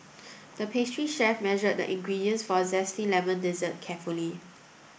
the pastry chef measured the ingredients for a zesty lemon dessert carefully